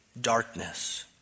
darkness